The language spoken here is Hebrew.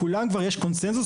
יש קונצנזוס,